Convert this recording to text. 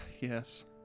yes